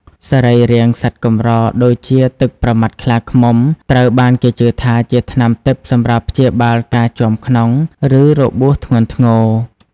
សរីរាង្គសត្វកម្រ ដូចជាទឹកប្រមាត់ខ្លាឃ្មុំ ត្រូវបានគេជឿថាជាថ្នាំទិព្វសម្រាប់ព្យាបាលការជាំក្នុង ឬរបួសធ្ងន់ធ្ងរ។